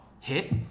hit